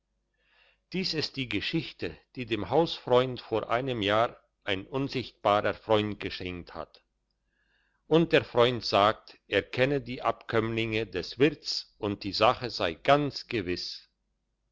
dies ist die geschichte die dem hausfreund vor einem jahr ein unsichtbarer freund geschenkt hat und der freund sagt er kenne die abkömmlinge des wirts und die sache sei ganz gewiss